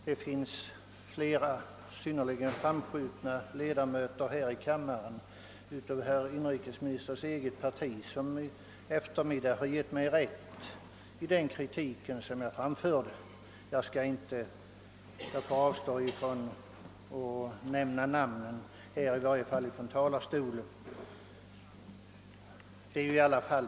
Det finns flera synnerligen framskjutna ledamöter av kammaren från herr inrikesministerns eget parti som i eftermiddag har givit mig rätt i den kritik som jag framförde. Jag skall avstå från att nämna namn, i varje fall från talarstolen.